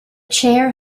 chair